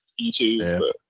YouTube